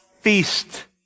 feast